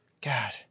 God